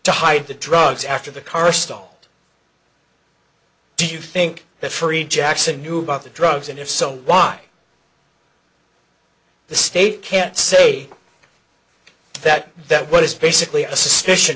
to hide the drugs after the car stalled do you think that free jackson knew about the drugs and if so why the state can't say that that was basically a suspicion